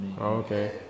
okay